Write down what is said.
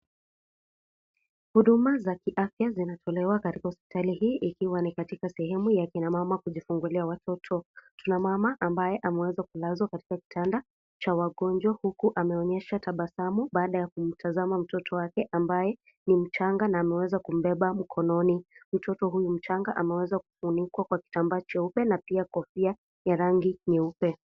Huduma za kiafya zinatolewa katika hospitali hii. Ikiwa ni katika sehemu ya kina mama kujifungulia watoto. Tuna mama ambaye ameweza kulazwa katika kitanda cha wagonjwa. Huku ameonyesha tabasamu baada ya kumtazama mtoto wake ambaye ni mchanga, na ameweza kumbeba mkononi. Mtoto huyu mchanga ameweza kufunikwa kwa kitambaa cheupa pia kofia ya rangi nyeupa.